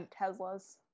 Teslas